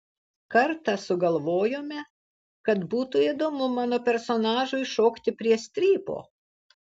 kartą sugalvojome kad būtų įdomu mano personažui šokti prie strypo